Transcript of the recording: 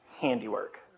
handiwork